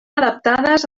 adaptades